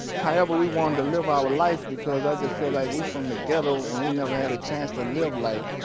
however we wanted to live our life, because i just feel like we from the ghetto and we never had a chance to live life,